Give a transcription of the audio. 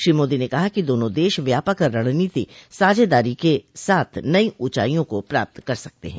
श्री मोदी ने कहा कि दोनों देश व्यापक रणनीतिक साझेदारी के साथ नई ऊंचाइयों को प्राप्त कर सकते हैं